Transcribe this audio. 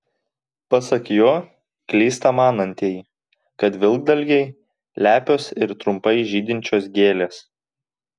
pasak jo klysta manantieji kad vilkdalgiai lepios ir trumpai žydinčios gėlės